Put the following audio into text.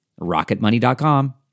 RocketMoney.com